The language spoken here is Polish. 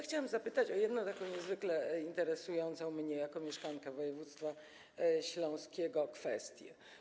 Chciałam zapytać o taką jedną niezwykle interesującą mnie jako mieszkankę województwa śląskiego kwestię.